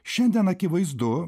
šiandien akivaizdu